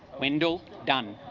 wendell done